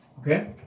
Okay